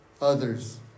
others